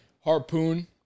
harpoon